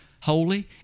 holy